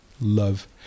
love